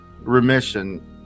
remission